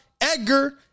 Edgar